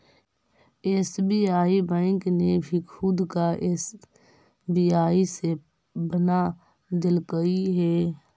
SBI bank ने भी खुद का एस.बी.आई पे बना देलकइ हे